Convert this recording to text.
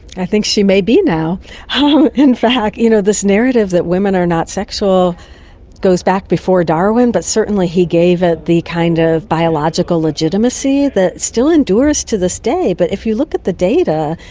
i think she may be now um in fact. you know this narrative that women are not sexual goes back before darwin but certainly he gave it the kind of biological legitimacy that still endures to this day, but if you look at the data,